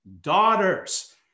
daughters